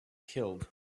killed